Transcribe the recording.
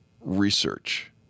Research